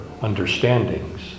understandings